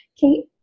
Kate